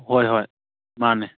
ꯍꯣꯏ ꯍꯣꯏ ꯃꯥꯅꯤ